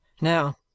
Now